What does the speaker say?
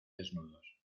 desnudos